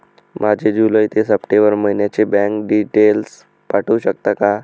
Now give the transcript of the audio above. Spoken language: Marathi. माझे जुलै ते सप्टेंबर महिन्याचे बँक डिटेल्स पाठवू शकता का?